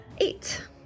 Eight